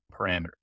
parameters